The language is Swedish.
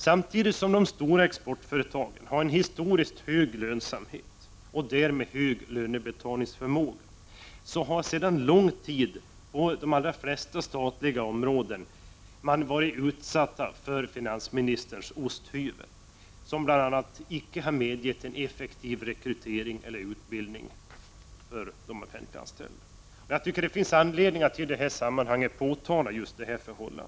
Samtidigt som de stora exportföretagen har en historiskt sett hög lönsamhet och därmed lönebetalningsförmåga, har sedan lång tid de allra flesta statliga områden varit utsatta för finansministerns osthyvel, som bl.a. icke har medgivit en effektiv rekrytering eller utbildning för de offentliganställda. Jag tycker det finns anledning att i det här sammanhanget påpeka just detta förhållande.